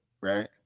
right